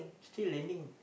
still learning